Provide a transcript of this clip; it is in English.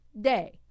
day